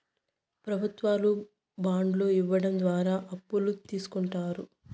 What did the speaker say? ప్రభుత్వాలు బాండ్లు ఇవ్వడం ద్వారా అప్పులు తీస్కుంటారు